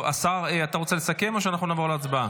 השר, אתה רוצה לסכם או שנעבור להצבעה?